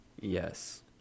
Yes